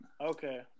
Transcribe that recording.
Okay